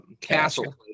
castle